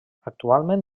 actualment